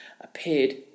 appeared